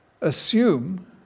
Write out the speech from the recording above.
assume